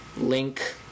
link